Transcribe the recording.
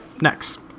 next